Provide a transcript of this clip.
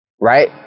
Right